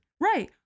Right